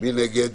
מי נגד?